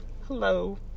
Hello